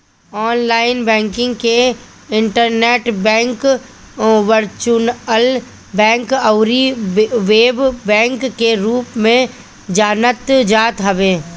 online banking के internet bank, virtual bank अउरी web bank के रूप में जानल जात हवे